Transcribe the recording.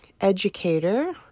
educator